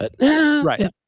Right